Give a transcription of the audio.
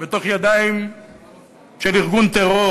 בידיים של ארגון הטרור.